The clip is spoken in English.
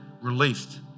released